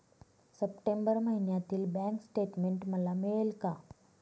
September महिन्यातील bank statement मला मिळेल का?